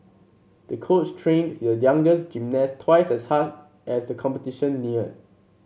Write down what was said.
the coach trained the youngest gymnast twice as hard as the competition neared